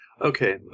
Okay